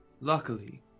luckily